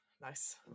Nice